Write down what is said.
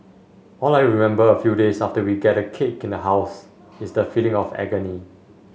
all I remember a few days after we get a cake in the house is the feeling of agony